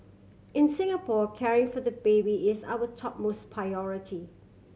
in Singapore caring for the baby is our topmost priority